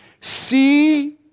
See